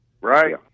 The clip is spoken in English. right